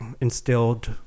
instilled